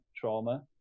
trauma